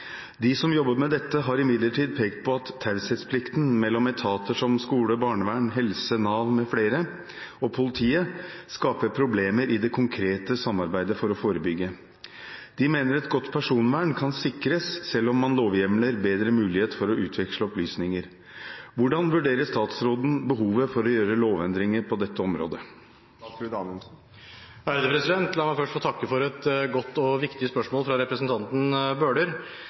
De som jobber med dette, har imidlertid pekt på at taushetsplikten mellom etater som skole, barnevern, helse, Nav mfl. og politiet skaper problemer i det konkrete samarbeidet for å forebygge. De mener et godt personvern kan sikres selv om man lovhjemler bedre mulighet for å utveksle opplysninger. Hvordan vurderer statsråden behovet for å gjøre lovendringer på dette området?» La meg først få takke for et godt og viktig spørsmål fra representanten Bøhler.